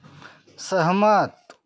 सहमत